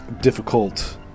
difficult